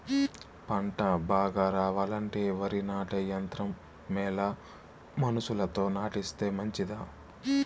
పంట బాగా రావాలంటే వరి నాటే యంత్రం మేలా మనుషులతో నాటిస్తే మంచిదా?